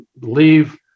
leave